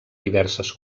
diverses